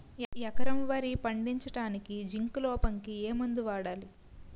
ఎకరం వరి పండించటానికి జింక్ లోపంకి ఏ మందు వాడాలి?